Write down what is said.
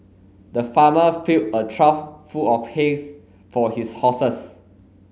the farmer filled a trough full of hay for his horses